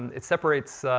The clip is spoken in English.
it separates